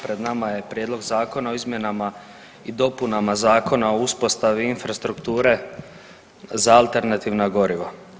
Pred nama je Prijedlog zakona o izmjenama i dopunama Zakona o uspostavi infrastrukture za alternativna goriva.